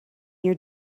your